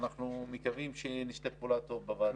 אנחנו מקווים שנשתף פעולה טוב בוועדה.